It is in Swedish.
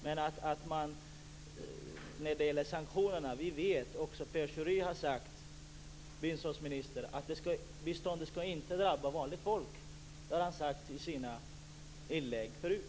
Men när det gäller sanktionerna har biståndsminister Pierre Schori sagt att sanktioner inte skall drabba vanligt folk. Det har han sagt i sina inlägg förut.